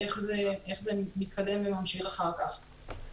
איך זה מתקדם וממשיך אחר-כך.